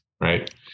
right